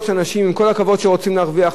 ואנחנו מכבדים אנשים שרוצים להרוויח,